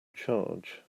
charge